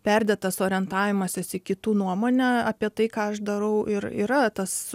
perdėtas orientavimasis į kitų nuomonę apie tai ką aš darau ir yra tas